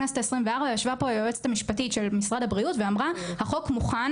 בכנסת ה-24 ישבה פה היועצת המשפטית של משרד הבריאות ואמרה החוק מוכן.